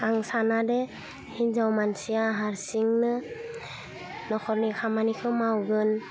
आं सानादे हिन्जाव मानसिया हारसिंनो नखरनि खामानिखौ मावगोन